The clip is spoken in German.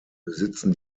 besitzen